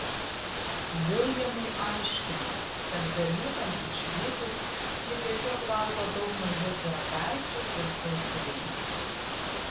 viljamui aiškino kad berniukams išvykus ji tiesiog valgo daug mažiau pyragaičių ir sausainių